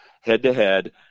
head-to-head